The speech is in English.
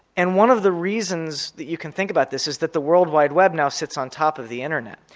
and one of the reasons that you can think about this is that the worldwide web now sits on top of the internet.